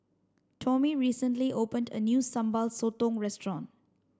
Tomie recently opened a new Sambal Sotong restaurant